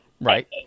Right